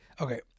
Okay